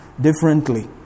differently